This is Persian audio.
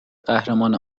قهرمان